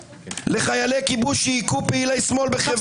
לחיילי כיבוש שהיכו פעילי שמאל בחברון.